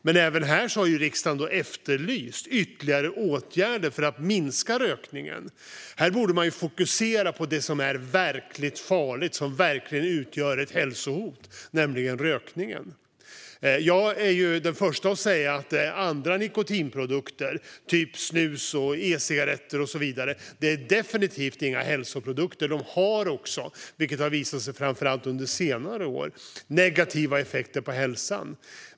Men även här har riksdagen efterlyst ytterligare åtgärder för att minska rökningen. Man borde fokusera på det som är verkligt farligt och som verkligen utgör ett hälsohot: rökningen. Jag är den första att säga att andra nikotinprodukter, som snus, e-cigaretter och så vidare, definitivt inte är några hälsoprodukter. De har också negativa effekter på hälsan, vilket har visat sig framför allt under senare år.